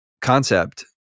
concept